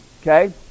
okay